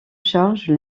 charge